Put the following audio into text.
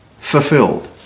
fulfilled